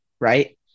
right